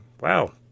wow